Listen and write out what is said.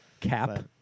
Cap